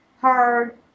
hard